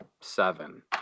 Seven